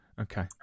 okay